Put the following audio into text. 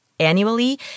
Annually